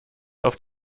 auf